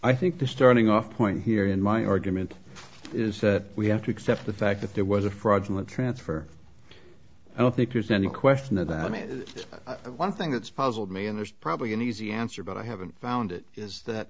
i think the starting off point here in my argument is that we have to accept the fact that there was a fraudulent transfer i don't think there's any question of that i mean one thing that's puzzled me and there's probably an easy answer but i haven't found it is that